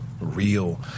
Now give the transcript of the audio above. real